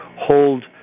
hold